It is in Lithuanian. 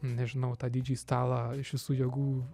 nežinau tą didžei stalą iš visų jėgų